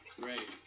Great